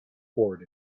forward